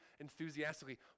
enthusiastically